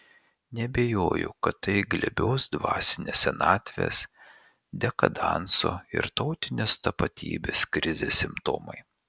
neabejoju kad tai glebios dvasinės senatvės dekadanso ir tautinės tapatybės krizės simptomai